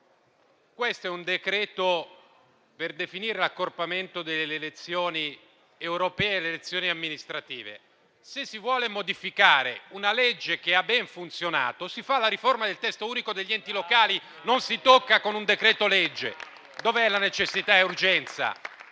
questo è un decreto per definire l'accorpamento delle elezioni europee e delle elezioni amministrative. Se si vuole modificare una legge che ha ben funzionato, si fa la riforma del Testo unico degli enti locali. Non si tocca con un decreto-legge. Dove